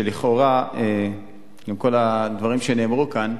שלכאורה מכל הדברים שנאמרו כאן,